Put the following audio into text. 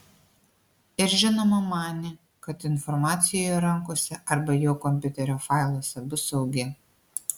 ir žinoma manė kad informacija jo rankose arba jo kompiuterio failuose bus saugi